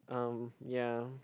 um ya